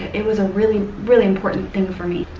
it was a really really important thing for me.